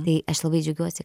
tai aš labai džiaugiuosi